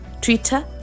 twitter